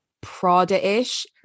Prada-ish